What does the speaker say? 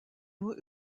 nur